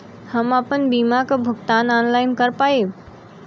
हम आपन बीमा क भुगतान ऑनलाइन कर पाईब?